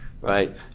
right